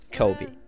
Kobe